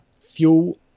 Fuel